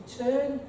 turn